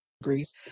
degrees